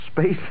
space